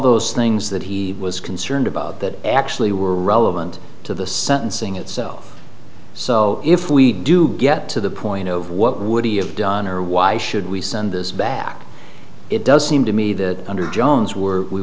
those things that he was concerned about that actually were relevant to the sentencing itself so if we do get to the point of what would he have done or why should we send this back it does seem to me that under jones were we